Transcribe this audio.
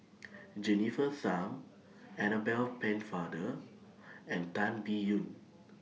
Jennifer Tham Annabel Pennefather and Tan Biyun